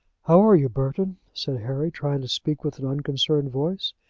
how are you, burton? said harry, trying to speak with an unconcerned voice.